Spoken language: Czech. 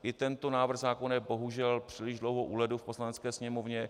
I tento návrh zákona je bohužel příliš dlouho u ledu v Poslanecké sněmovně.